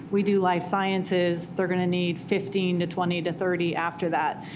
we do life sciences, they're going to need fifteen to twenty to thirty after that.